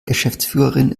geschäftsführerin